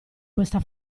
questa